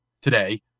today